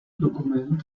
dokument